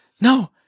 no